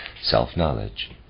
self-knowledge